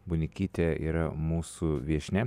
bunikytė yra mūsų viešnia